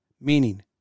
meaning